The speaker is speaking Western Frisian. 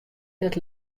net